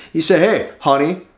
he said, hey, honey,